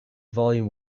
volume